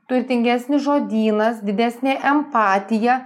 turtingesnis žodynas didesnė empatija